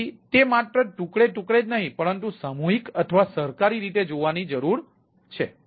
તેથી તે માત્ર ટુકડે ટુકડે જ નહી પરંતુ સામૂહિક અથવા સહકારી રીતે જોવાની જરૂર છે